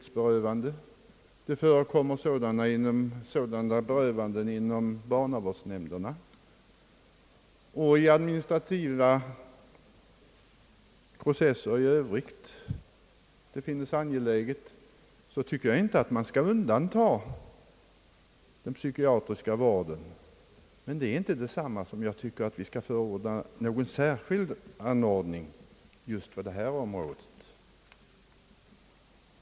Skulle det bli allmänt erkänt, att det i sådana fall för rättsvårdens skull är lämpligt med offentligt biträde, tycker jag inte att man skall undanta den psykiatriska vården. Men det är inte detsamma som att jag anser, att man skall förorda en sådan anordning just på detta område.